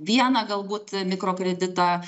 vieną galbūt mikrokreditą